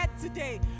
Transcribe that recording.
today